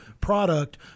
product